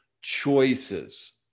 choices